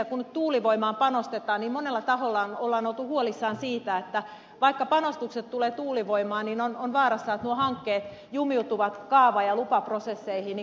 kun nyt tuulivoimaan panostetaan niin monella taholla on oltu huolissaan siitä että vaikka panostukset tulevat tuulivoimaan niin on vaara että nuo hankkeet jumiutuvat kaava ja lupaprosesseihin